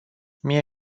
mie